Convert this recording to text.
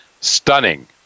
stunning